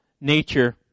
nature